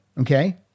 Okay